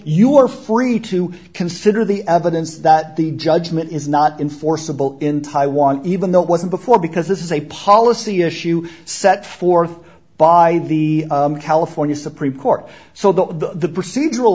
you are free to consider the evidence that the judgment is not enforceable in taiwan even though it wasn't before because this is a policy issue set forth by the california supreme court so the procedural